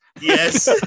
yes